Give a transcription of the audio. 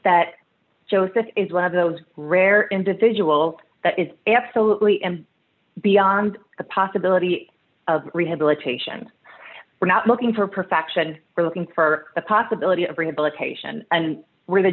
that joseph is one of those rare individuals that is absolutely and beyond the possibility of rehabilitation we're not looking for perfection we're looking for the possibility of rehabilitation where the